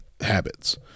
habits